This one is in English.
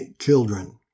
children